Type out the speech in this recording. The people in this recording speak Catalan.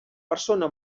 persona